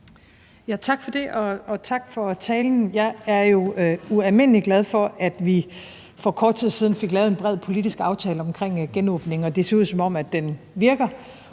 Tak for det, og tak for talen. Jeg er jo ualmindelig glad for, at vi for kort tid siden fik lavet en bred politisk aftale om genåbningen, og at det ser ud, som om den virker,